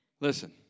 Listen